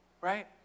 right